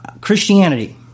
Christianity